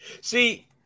See